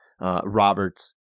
Roberts